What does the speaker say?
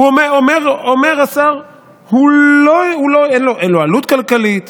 אומר השר: אין לו עלות כלכלית,